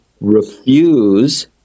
refuse